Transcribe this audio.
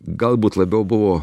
galbūt labiau buvo